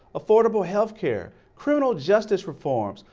affordable healthcare, criminal justice reforms,